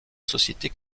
société